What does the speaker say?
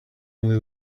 only